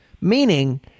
Meaning